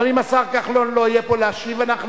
אבל אם השר כחלון לא יהיה פה להשיב אנחנו